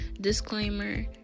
disclaimer